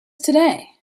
today